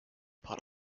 part